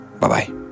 Bye-bye